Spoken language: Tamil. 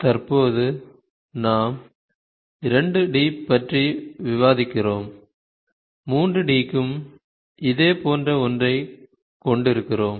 தற்போது நாம் 2 D பற்றி விவாதிக்கிறோம் 3 D க்கும் இதேபோன்ற ஒன்றைக் கொண்டிருக்கிறோம்